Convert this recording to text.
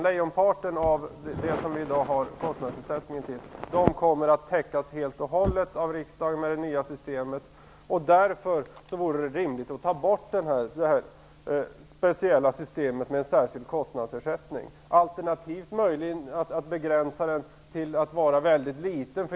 Lejonparten av det som vi i dag har kostnadsersättning till kommer att täckas helt och hållet av riksdagen med det nya systemet. Därför vore det rimligt att ta bort systemet med särskild kostnadsersättning, alternativt begränsa den till att vara mycket liten.